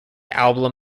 album